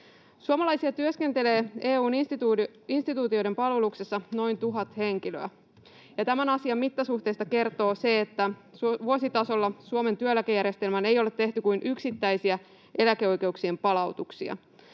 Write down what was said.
Suomalaisia työskentelee EU:n instituutioiden palveluksessa noin 1 000 henkilöä, ja tämän asian mittasuhteista kertoo se, että vuositasolla Suomen työeläkejärjestelmään ei ole tehty kuin yksittäisiä eläkeoikeuksien palautuksia.